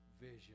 vision